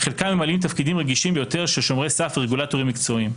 חלקם ממלאים תפקידים רגישים ביותר של שומרי סף ורגולטורים מקצועיים.